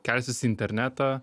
kelsis į internetą